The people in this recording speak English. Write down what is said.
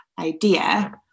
idea